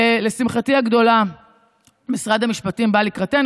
לשמחתי הגדולה משרד המשפטים בא לקראתנו,